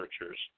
researchers